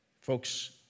Folks